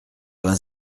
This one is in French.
vingt